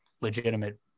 legitimate